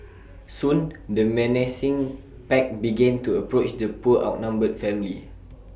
soon the menacing pack began to approach the poor outnumbered family